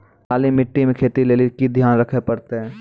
काली मिट्टी मे खेती लेली की ध्यान रखे परतै?